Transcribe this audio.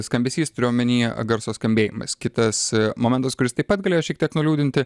skambesys turiu omenyje garso skambėjimas kitas momentas kuris taip pat galėjo šiek tiek nuliūdinti